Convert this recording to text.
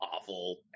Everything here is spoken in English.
awful